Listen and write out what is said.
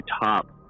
top